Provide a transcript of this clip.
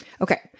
okay